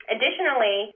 Additionally